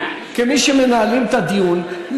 כמי שמנהלים את הדיון,